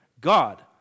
God